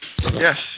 Yes